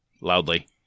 Loudly